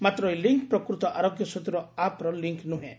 ମାତ୍ର ଏହି ଲିଙ୍କ ପ୍ରକୃତ ଆରୋଗ୍ୟ ସେତୁର ଆପ୍ର ଲିଙ୍କ୍ ନୁହେଁ